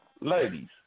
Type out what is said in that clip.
Ladies